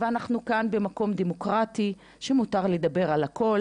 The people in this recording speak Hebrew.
ואנחנו כאן במקום דמוקרטי שבו מותר לדבר על הכל.